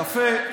יפה.